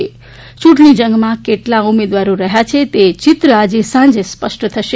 યૂંટણીજંગમાં કેટલા ઉમેદવારો રહ્યા છે તે ચિત્ર આજે સાંજે સ્પષ્ટ થશે